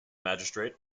magistrate